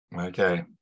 okay